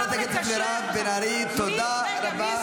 חברת הכנסת מירב בן ארי, תודה רבה.